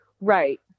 Right